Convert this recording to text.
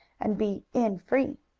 and be in free.